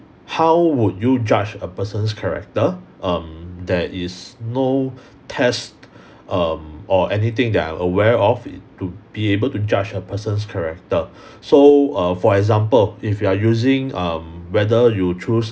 how would you judge a person's character um there is no test um or anything that I am aware of to be able to judge a person's character so err for example if you are using um whether you choose